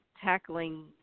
tackling